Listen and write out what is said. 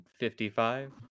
55